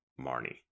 Marnie